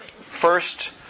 first